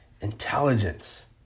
Intelligence